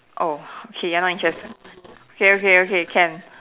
oh okay you're not interested okay okay okay can